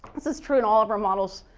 this is true in all of our models.